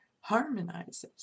harmonizes